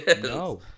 no